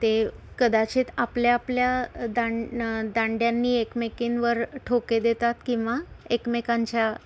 ते कदाचित आपल्या आपल्या दां ण दांड्यांनी एकमेकींवर ठोके देतात किंवा एकमेकांच्या